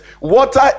water